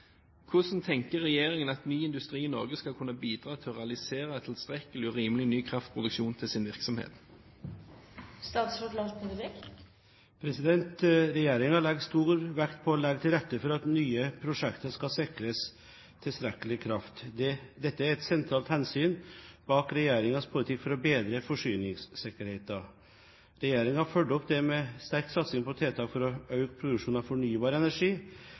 Hvordan tenker regjeringen at ny industri i Norge skal kunne bidra til å realisere tilstrekkelig og rimelig ny kraftproduksjon til sin virksomhet?» Regjeringen legger stor vekt på å legge til rette for at nye prosjekter skal sikres tilstrekkelig kraft. Dette er et sentralt hensyn bak regjeringens politikk for å bedre forsyningssikkerheten. Regjeringen følger opp dette med en sterk satsing på tiltak for å øke produksjonen av fornybar energi,